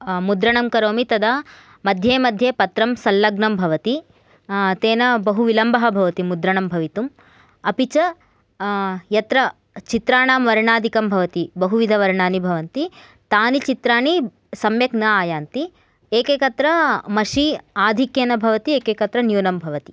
मुद्रणं करोमि तदा मध्ये मध्ये पत्रं संलग्नं भवति तेन बहु विलम्बः भवति मुद्रणं भवितुम् अपि च यत्र चित्राणां वर्णाधिकं भवति बहुविधवर्णानि भवन्ति तानि चित्राणि सम्यक् न आयान्ति एकैकत्र मशी आधिक्येन भवति एकैकत्र न्यूनं भवति